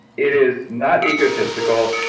it is not egotistical,